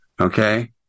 okay